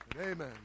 Amen